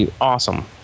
awesome